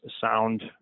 sound